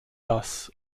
das